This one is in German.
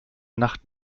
nacht